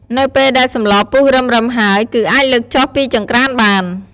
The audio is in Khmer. នៅពេលដែលសម្លពុះរឹមៗហើយ គឺអាចលើកចុះពីចង្ក្រានបាន។